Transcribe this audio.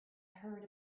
heard